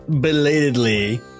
belatedly